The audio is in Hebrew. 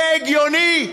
זה הגיוני?